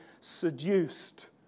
seduced